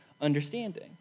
understanding